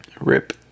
rip